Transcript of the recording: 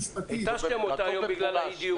התשתם אותה היום בגלל הדיון.